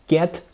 Get